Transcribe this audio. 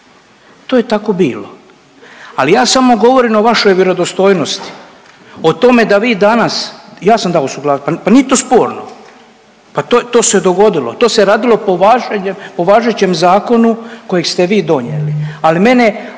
To je tako bilo, ali ja samo govorim o vašoj vjerodostojnosti, o tome da vi danas, ja sam dao suglasnost, pa nije to sporno. Pa to se dogodilo. To se radilo po važećem zakonu kojeg ste vi donijeli. Ali mene,